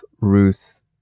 ruth